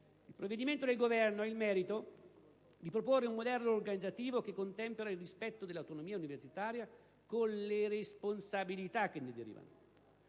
Il provvedimento del Governo ha il merito di proporre un modello organizzativo che contempera il rispetto dell'autonomia universitaria con le responsabilità che ne derivano.